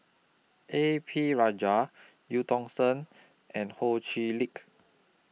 A P Rajah EU Tong Sen and Ho Chee Lick